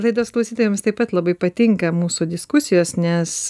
laidos klausytojams taip pat labai patinka mūsų diskusijos nes